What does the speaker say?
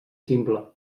simple